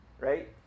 right